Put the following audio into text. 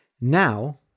Now